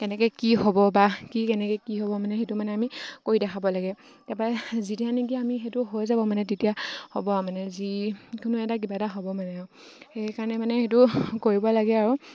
কেনেকৈ কি হ'ব বা কি কেনেকৈ কি হ'ব মানে সেইটো মানে আমি কৰি দেখাব লাগে তাপা যিহেতু আমি সেইটো হৈ যাব মানে তেতিয়া হ'ব আৰু মানে যিকোনো এটা কিবা এটা হ'ব মানে আৰু সেইকাৰণে মানে সেইটো কৰিব লাগে আৰু